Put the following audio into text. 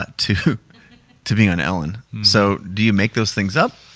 but to to being on ellen. so, do you make those things up,